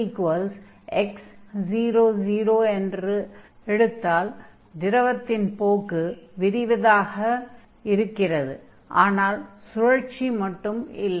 vx00 என்றால் திரவத்தின் போக்கு விரிவதாக இருக்கிறது ஆனால் சூழற்சி மட்டும் இல்லை